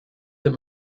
that